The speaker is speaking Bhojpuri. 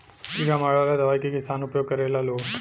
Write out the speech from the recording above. कीड़ा मारे वाला दवाई के किसान उपयोग करेला लोग